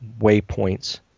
waypoints